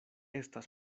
estas